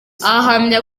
ahamya